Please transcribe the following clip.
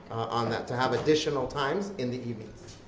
on that to have additional times in the evenings.